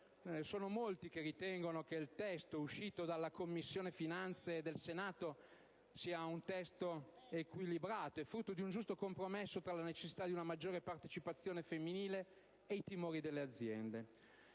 Sono in molti a ritenere che il testo licenziato dalla Commissione finanze del Senato sia equilibrato e frutto di un giusto compromesso tra la necessità di assicurare una maggiore partecipazione femminile e i timori delle aziende.